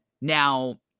Now